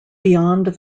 beyond